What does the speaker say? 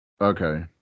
Okay